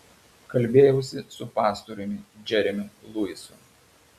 kalbėjausi su pastoriumi džeremiu luisu